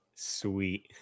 sweet